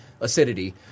acidity